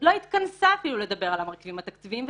לא התכנסה אפילו לדבר על המרכיבים התקציביים,